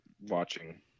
watching